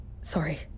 Sorry